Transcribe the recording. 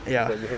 ya